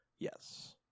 Yes